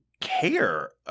care